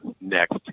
next